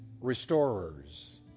restorers